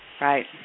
Right